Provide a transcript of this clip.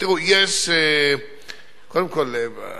קודם כול,